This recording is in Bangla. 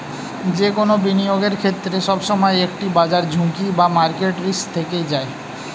যে কোনো বিনিয়োগের ক্ষেত্রে, সবসময় একটি বাজার ঝুঁকি বা মার্কেট রিস্ক থেকেই যায়